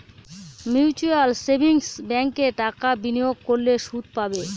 mutual savings ব্যাঙ্কে টাকা বিনিয়োগ করলে সুদ পাবে